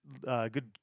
good